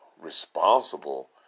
responsible